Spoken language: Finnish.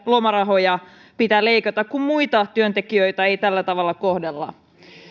lomarahojaan pitää leikata kun muita työntekijöitä ei tällä tavalla kohdella